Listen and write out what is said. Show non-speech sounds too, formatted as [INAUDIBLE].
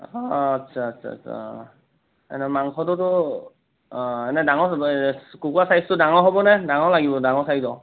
আ আচ্ছা আচ্ছা আচ্ছা অ এনে মাংসটোতো অ এনে ডাঙৰ কুকুৰা ছাইজটো ডাঙৰ হ'বনে ডাঙৰ লাগিব ডাঙৰ [UNINTELLIGIBLE]